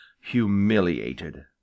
humiliated